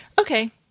okay